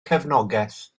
cefnogaeth